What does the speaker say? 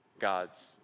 God's